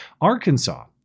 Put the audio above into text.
Arkansas